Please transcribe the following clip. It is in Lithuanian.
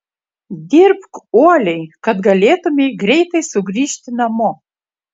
dirbk uoliai kad galėtumei greitai sugrįžti namo